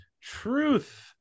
truth